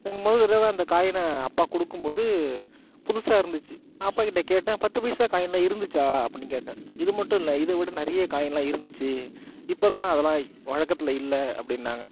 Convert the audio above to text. அப்படிங்கும் போது ஒரு தடவை அந்த காயினை அப்பா கொடுக்கும் போது புதுசாக இருந்துச்ச நான் அப்பாக் கிட்ட கேட்டேன் பத்து பைசா காயின்லாம் இருந்துச்சா அப்படின்னு கேட்டேன் இது மட்டும் இல்லை இதை விட நிறைய காயின்லாம் இருந்துச்சு இப்போ தான் அதெலாம் வழக்கத்தில் இல்லை அப்படின்னாங்க